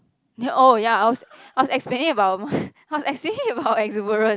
oh ya I was I was explaining about I was explaining about exuberant